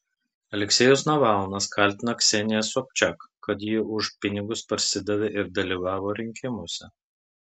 aleksejus navalnas kaltina kseniją sobčak kad ji už pinigus parsidavė ir dalyvavo rinkimuose